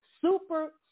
super